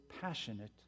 passionate